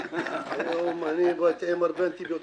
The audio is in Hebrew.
היום אני באתי עם הרבה אנטיביוטיקה.